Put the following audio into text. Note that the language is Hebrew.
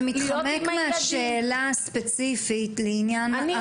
זה מתחמק מהשאלה הספציפית לעניין התאמת לוח החופשות.